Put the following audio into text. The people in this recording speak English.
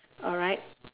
alright